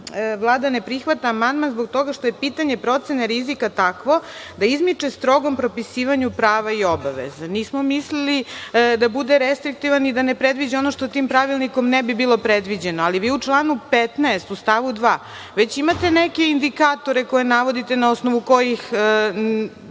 Vlada ne prihvata amandman zbog toga što je pitanje procene rizika takvo da izmiče strogom propisivanju prava i obaveza. Mi smo mislili da bude restriktivan i da ne predviđa ono što tim pravilnikom ne bi bilo predviđeno. Ali, vi u članu 15. u stavu 2. već imate neke indikatore koje navodite na osnovu kojih